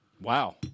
Wow